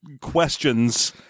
questions